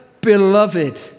Beloved